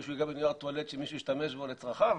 מישהו ייגע בנייר טואלט שמישהו השתמש בו לצרכיו?